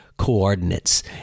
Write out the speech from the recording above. coordinates